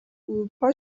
اروپا